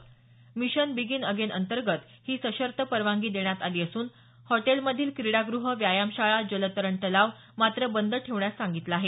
mission begin again अंतर्गत ही सशर्त परवानगी देण्यात आली असून हॉटेलमधील क्रीडाग़ह व्यायामशाळा जलतरण तलाव मात्र बंद ठेवण्यास सांगितलं आहे